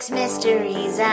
mysteries